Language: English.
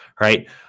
right